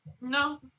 No